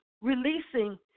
releasing